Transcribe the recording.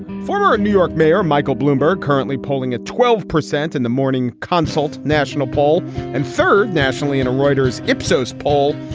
former new york mayor michael bloomberg currently polling at twelve percent in the morning consult national poll and third nationally in a reuters ipsos poll.